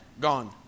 gone